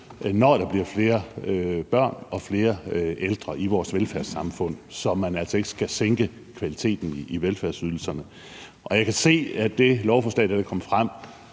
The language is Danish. når der bliver flere børn og flere ældre i vores velfærdssamfund, så man altså ikke skal sænke kvaliteten i velfærdsydelserne. Og jeg kan jo se, at det lovforslag, der vil blive fremsat,